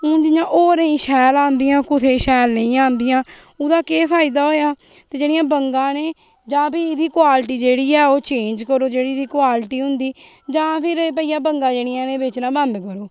जियां होरे दी शैल आंदियां कुसे दी शैल नेईं आंदियां ओह्दा केह् फायदा होया ते जेह्ड़ियां बंगा न जां फिर एह्दी क्वालिटी जेह्ड़ी ऐ ओह् चेंज करो जेह्ड़ी एह्दी क्वालिटी होंदी जां फिर भैया बंगा जेह्ड़ियां न एह् बेचना बंद करो